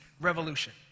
revolution